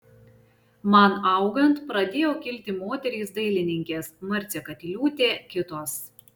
man augant pradėjo kilti moterys dailininkės marcė katiliūtė kitos